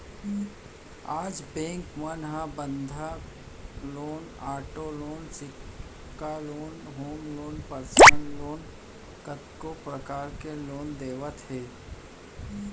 आज बेंक मन ह बंधक लोन, आटो लोन, सिक्छा loan, home loan, personal loan कतको परकार ले लोन देवत हे